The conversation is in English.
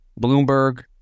Bloomberg